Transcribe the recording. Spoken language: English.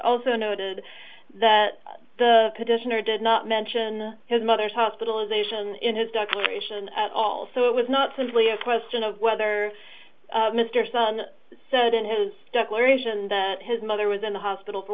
also noted that the petitioner did not mention his mother's hospitalization in his douglas ration at all so it was not simply a question of whether mr sun said in his declaration that his mother was in the hospital for